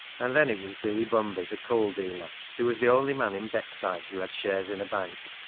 and then it was billy bumby, the coal-dealer, who was the only man in beckside who had shares in a bank.